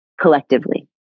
collectively